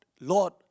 Lord